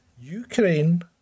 Ukraine